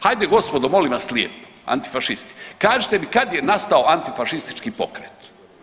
Hajde gospodo molim vas lijepo, antifašisti, kažite mi kad je nastao antifašistički pokret.